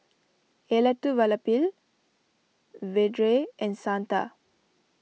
Elattuvalapil Vedre and Santha